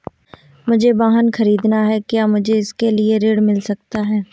मुझे वाहन ख़रीदना है क्या मुझे इसके लिए ऋण मिल सकता है?